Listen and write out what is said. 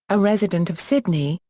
a resident of sydney,